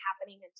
happening